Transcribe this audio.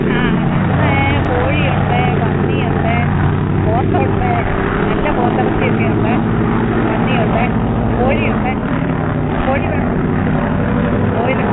ആ ഞാൻ ഇന്ന് കോഴിയുണ്ട് പന്നിയുണ്ട് പോത്ത് ഉണ്ട് നല്ല പോത്തിറച്ചിയൊക്കെ ഉണ്ട് പന്നിയുണ്ട് കോഴിയുണ്ട് പിന്നെ കോഴി വേണോ ബ്രോയിലർ